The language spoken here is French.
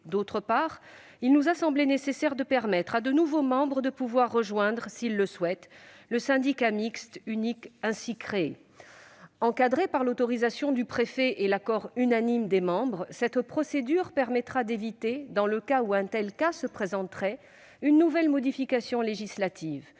outre, il nous a semblé nécessaire de permettre à de nouveaux membres de rejoindre, s'ils le souhaitent, le syndicat mixte unique ainsi créé. Encadrée par l'autorisation du préfet et l'accord unanime des membres, cette procédure permettra d'éviter, dans l'éventualité où un tel cas se présenterait, une nouvelle modification législative.